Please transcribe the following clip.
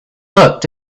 looked